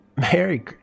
Merry